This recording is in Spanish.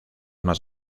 más